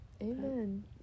Amen